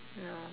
no